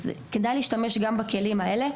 אז כדאי להשתמש גם בכלים האלה.